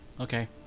Okay